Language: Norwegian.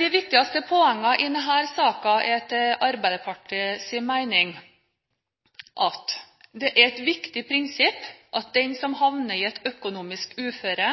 De viktigste poengene i denne saken er etter Arbeiderpartiets mening at det er et viktig prinsipp at den som havner i et økonomisk uføre,